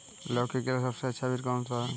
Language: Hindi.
लौकी के लिए सबसे अच्छा बीज कौन सा है?